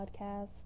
podcast